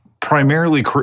primarily